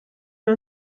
wir